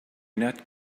not